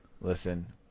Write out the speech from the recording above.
Listen